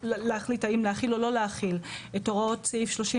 האם להחיל או לא להחיל את הוראות סעיף 34,